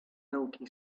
milky